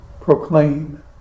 proclaim